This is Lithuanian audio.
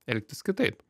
elgtis kitaip